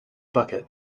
bucket